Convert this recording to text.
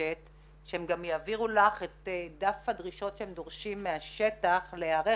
מבקשת שהם גם יעבירו לך את דף הדרישות שהם דורשים מהשטח להיערך